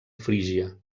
frígia